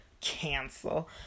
Cancel